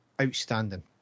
Outstanding